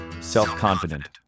self-confident